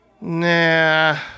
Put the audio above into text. Nah